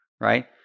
right